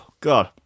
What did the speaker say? God